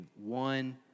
one